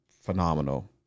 phenomenal